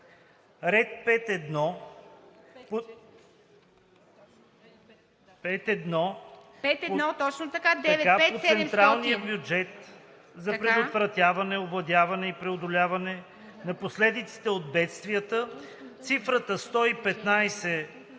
Ред 5.1 по Централния бюджет за предотвратяване, овладяване и преодоляване на последиците от бедствията цифрата „115